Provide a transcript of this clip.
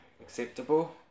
acceptable